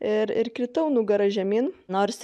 ir ir kritau nugara žemyn nors